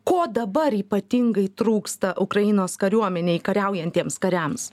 ko dabar ypatingai trūksta ukrainos kariuomėnei kariaujantiems kariams